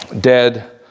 Dead